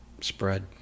spread